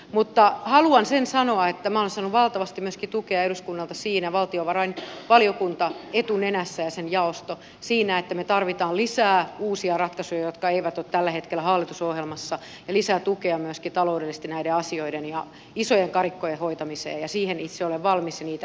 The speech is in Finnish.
mutta haluan sen sanoa että minä olen saanut valtavasti myöskin tukea eduskunnalta siinä valtiovarainvaliokunta ja sen jaosto etunenässä että me tarvitsemme lisää uusia ratkaisuja jotka eivät ole tällä hetkellä hallitusohjelmassa ja lisää tukea myöskin taloudellisesti näiden asioiden ja isojen karikkojen hoitamiseen ja siihen itse olen valmis ja niitä